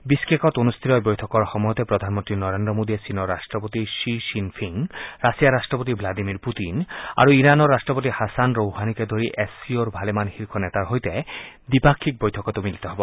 বিছকেকত অনুষ্ঠিত এই বৈঠকৰ সময়তে প্ৰধানমন্ত্ৰী নৰেন্দ্ৰ মোদীয়ে চীনৰ ৰাষ্ট্ৰপতি শ্বি শ্বিনফিঙ ৰাছিয়াৰ ৰাষ্ট্ৰপতি ভ্লাডিমিৰ পুটিন আৰু ইৰানৰ ৰট্টপতি হাছান ৰৌহানিকে ধৰি এছ চি অ'ৰ ভালেমান শীৰ্ষ নেতাসকলৰ সৈতে দ্বিপাক্ষিক বৈঠকতো মিলিত হ'ব